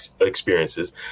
experiences